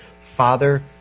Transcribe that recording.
Father